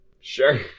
Sure